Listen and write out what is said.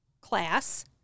class